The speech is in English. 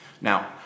Now